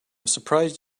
surprised